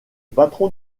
patron